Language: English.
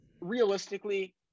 Realistically